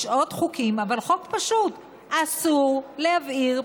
יש עוד חוקים, אבל חוק פשוט, אסור להבעיר פסולת.